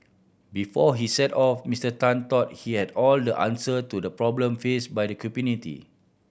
before he set off Mister Tan thought he had all the answer to the problem faced by the community